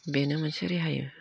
बेनो मोनसे रेहाया